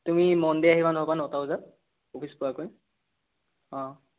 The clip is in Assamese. তুমি মনডে' আহিবা নহবা নটা বজাত অফিচ পোৱাকৈ অঁ